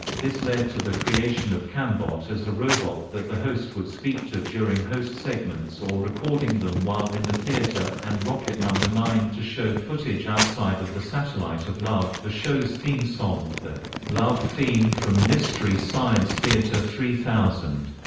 this led to the creation of cambot but as a robot that the host would speak to during host segments or recording them while in the theater, and rocket number nine to show footage outside of the satellite of love the show's theme song, the love theme from mystery science theater three thousand,